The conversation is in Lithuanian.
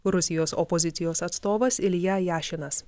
rusijos opozicijos atstovas ilja jašinas